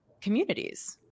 communities